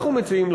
אנחנו מציעים,